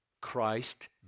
Christ